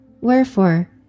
Wherefore